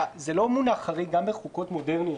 זה לא מונח חריג גם בחוקות מודרניות.